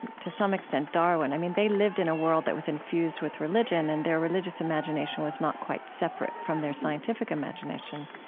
and to some extent darwin, i mean, they lived in a world that was infused with religion and their religious imagination was not quite separate from their scientific imagination.